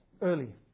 early